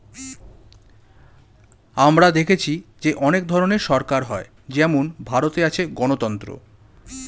আমরা দেখেছি যে অনেক ধরনের সরকার হয় যেমন ভারতে আছে গণতন্ত্র